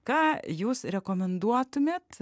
ką jūs rekomenduotumėt